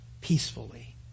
peacefully